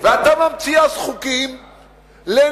ואתה ממציא אז חוקים לנשואים,